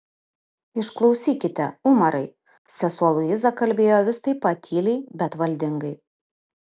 išklausykite umarai sesuo luiza kalbėjo vis taip pat tyliai bet valdingai